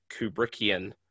Kubrickian